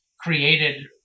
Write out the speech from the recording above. created